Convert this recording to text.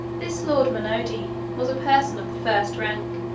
this lord munodi was a person of the first rank,